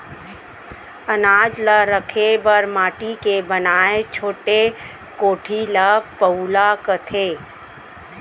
अनाज ल रखे बर माटी के बनाए छोटे कोठी ल पउला कथें